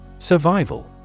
Survival